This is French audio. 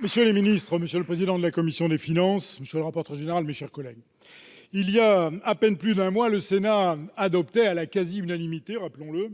Monsieur le président, messieurs les ministres, mes chers collègues, il y a à peine plus d'un mois, le Sénat adoptait à la quasi-unanimité, rappelons-le,